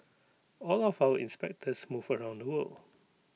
all of our inspectors move around the world